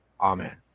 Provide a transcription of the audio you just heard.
Amen